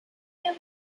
him